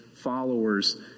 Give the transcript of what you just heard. followers